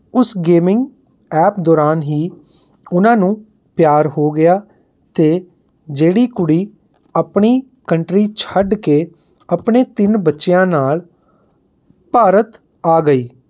ਉਸ gaming app ਦੌਰਾਨ ਹੀ ਉਹਨਾਂ ਨੂੰ ਪਿਆਰ ਹੋ ਗਿਆ ਅਤੇ ਜਿਹੜੀ ਕੁੜੀ ਆਪਣੀ ਕੰਟਰੀ ਛੱਡ ਕੇ ਆਪਣੇ ਤਿੰਨ ਬੱਚਿਆਂ ਨਾਲ਼ ਭਾਰਤ ਆ ਗਈ